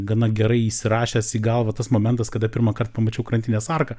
gana gerai įsirašęs į galvą tas momentas kada pirmąkart pamačiau krantinės arką